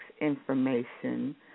information